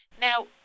Now